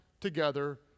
together